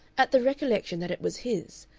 at the recollection that it was his,